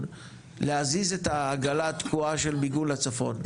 להזיז את העגלה התקועה של מיגון הצפון.